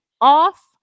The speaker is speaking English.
off